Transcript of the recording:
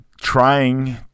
trying